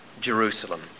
Jerusalem